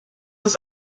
ist